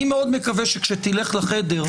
אני מאוד מקווה שכשתלך לחדר,